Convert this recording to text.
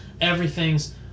everything's